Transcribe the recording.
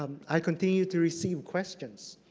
um i continue to receive questions.